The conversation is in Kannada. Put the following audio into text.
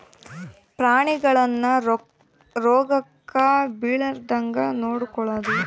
ಪ್ರಾಣಿಗಳನ್ನ ರೋಗಕ್ಕ ಬಿಳಾರ್ದಂಗ ನೊಡಕೊಳದು